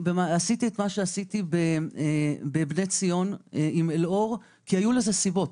עשיתי את מה שעשיתי בבני ציון עם אל אור כי היו לזה סיבות.